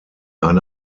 eine